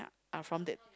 uh from that